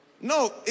No